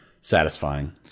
satisfying